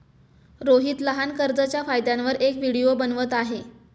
रोहित लहान कर्जच्या फायद्यांवर एक व्हिडिओ बनवत आहे